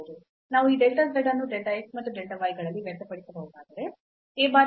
ನಾವು ಈ delta z ಅನ್ನು delta x ಮತ್ತು delta y ಗಳಲ್ಲಿ ವ್ಯಕ್ತಪಡಿಸಬಹುದಾದರೆ a ಬಾರಿ delta x ಪ್ಲಸ್ b ಬಾರಿ delta y